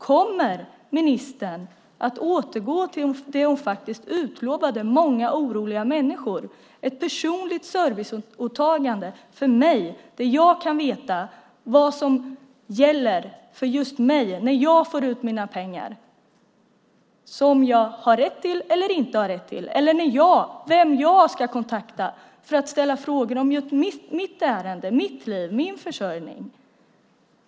Kommer ministern att återgå till det hon lovade många oroliga människor: ett personligt serviceåtagande för mig, så att jag kan veta vad som gäller för just mig, när jag får ut mina pengar som jag har rätt till eller inte har rätt till och vem jag ska kontakta för att ställa frågor om just mitt ärende, mitt liv och min försörjning?